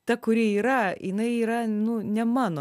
ta kuri yra jinai yra nu ne mano